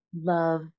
love